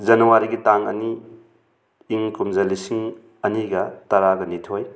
ꯖꯅꯋꯥꯔꯤꯒꯤ ꯇꯥꯡ ꯑꯅꯤ ꯏꯪ ꯀꯨꯝꯖꯥ ꯂꯤꯁꯤꯡ ꯑꯅꯤꯒ ꯇꯔꯥꯒ ꯅꯤꯊꯣꯏ